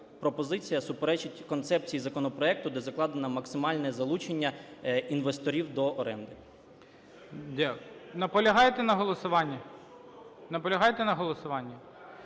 пропозиція суперечить концепції законопроекту, де закладено максимальне залучення інвесторів до оренди. ГОЛОВУЮЧИЙ. Наполягаєте на голосуванні?